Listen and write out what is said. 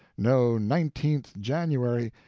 no nineteenth january,